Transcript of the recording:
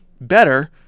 Better